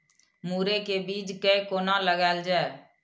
मुरे के बीज कै कोना लगायल जाय?